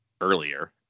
earlier